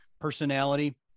personality